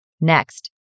Next